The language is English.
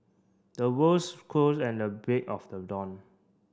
the crows and the break of the dawn